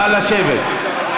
נא לשבת.